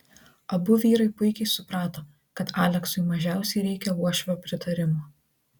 abu vyrai puikiai suprato kad aleksui mažiausiai reikia uošvio pritarimo